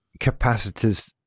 capacitors